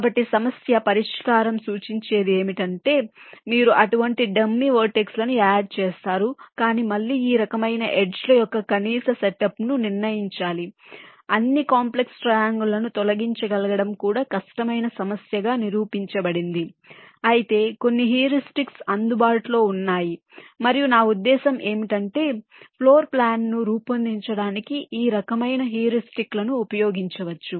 కాబట్టి సమస్య పరిష్కారం సూచించేది ఏమిటంటే మీరు అటువంటి డమ్మీ వెర్టెక్స్ లను యాడ్ చేస్తారు కాని మళ్ళీ ఈ రకమైన ఎడ్జ్ ల యొక్క కనీస సెటప్ను నిర్ణయించడం అన్ని కాంప్లెక్స్ ట్రయాంగల్ లను తొలగించగలగడం కూడా కష్టమైన సమస్యగా నిరూపించబడింది అయితే కొన్ని హ్యూరిస్టిక్స్ అందుబాటులో ఉన్నాయి మరియు నా ఉద్దేశ్యం ఏమిటంటే ఫ్లోర్ ప్లాన్ను రూపొందించడానికి ఈ రకమైన హ్యూరిస్టిక్లను ఉపయోగించవచ్చు